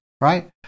right